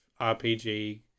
RPG